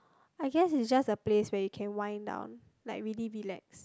I guess it's just a place where you can wind down like really relax